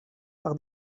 par